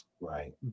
Right